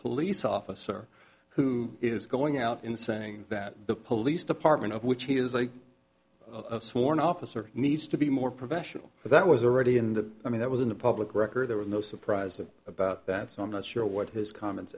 police officer who is going out in saying that the police department of which he is a sworn officer needs to be more professional that was already in that i mean that was in the public record there were no surprises about that so i'm not sure what his comments